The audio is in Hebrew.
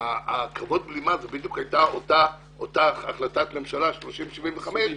קרבות הבלימה היו בדיוק על אותה החלטת ממשלה מס' 3075,